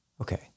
Okay